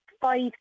five